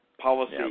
policy